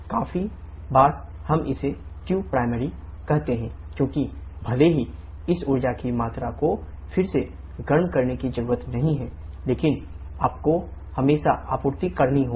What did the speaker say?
काफी बार हम इसे qprimary कहते हैं क्योंकि भले ही इस ऊर्जा की मात्रा को फिर से गरम करने की ज़रूरत नहीं है लेकिन आपको हमेशा आपूर्ति करनी होगी